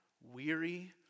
weary